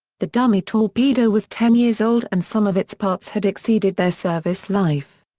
the dummy torpedo was ten years old and some of its parts had exceeded their service life.